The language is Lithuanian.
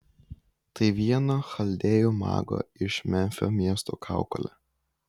tai vieno chaldėjų mago iš memfio miesto kaukolė